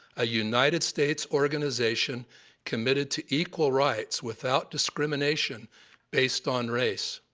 a united states organization committed to equal rights without discrimination based on race.